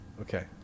Okay